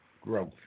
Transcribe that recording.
growth